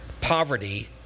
poverty